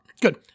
Good